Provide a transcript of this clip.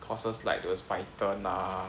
courses like those Python ah